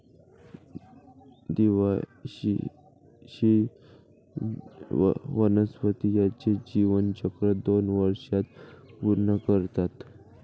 द्विवार्षिक वनस्पती त्यांचे जीवनचक्र दोन वर्षांत पूर्ण करतात